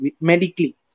medically